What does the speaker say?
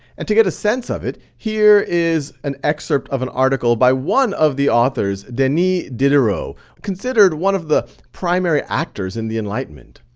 and to get a sense of it, here is an excerpt of an article by one of the authors, denis diderot, considered one of the primary actors in the enlightenment.